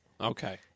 Okay